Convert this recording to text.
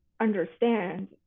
understand